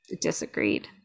disagreed